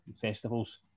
festivals